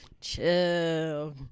Chill